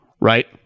right